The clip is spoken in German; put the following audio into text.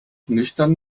nüchtern